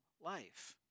life